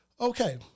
okay